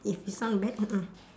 if you sound bad mm mm